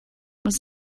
was